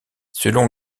selon